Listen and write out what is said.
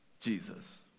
Jesus